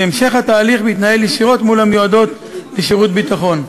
והמשך התהליך מתנהל ישירות מול המיועדות לשירות ביטחון.